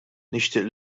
nixtieq